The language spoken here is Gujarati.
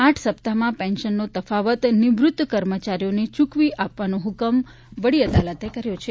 આઠ સપ્તાહમાં પેન્શનનો તફાવત નિવૃત્ત કર્મચારીઓને ચુકવી આપવાનો હુકમ વડી અદાલતે કર્યો છે